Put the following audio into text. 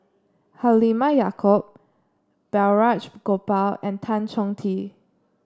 Halimah Yacob Balraj Gopal and Tan Chong Tee